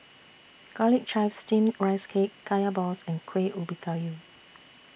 Garlic Chives Steamed Rice Cake Kaya Balls and Kueh Ubi Kayu